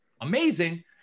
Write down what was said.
amazing